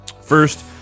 First